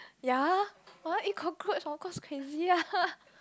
ya what eat cockroach of course crazy ah